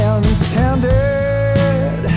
intended